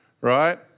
right